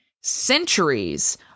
centuries